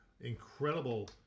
incredible